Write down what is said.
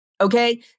Okay